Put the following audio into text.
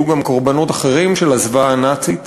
היו גם קורבנות אחרים של הזוועה הנאצית,